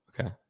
Okay